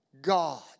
God